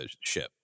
ship